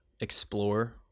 explore